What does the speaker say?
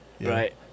Right